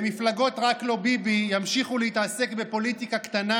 במפלגות "רק לא ביבי" ימשיכו להתעסק בפוליטיקה קטנה,